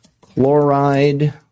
chloride